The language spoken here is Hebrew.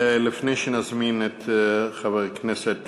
לפני שנזמין את חבר הכנסת